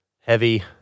heavy